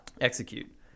execute